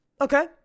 Okay